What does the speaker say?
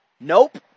Nope